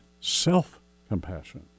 self-compassion